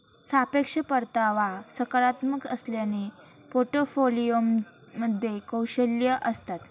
सापेक्ष परतावा सकारात्मक असल्याने पोर्टफोलिओमध्ये कौशल्ये असतात